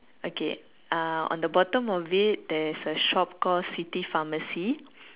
okay uh on the bottom of it there's a shop called city pharmacy